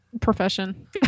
profession